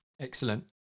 excellent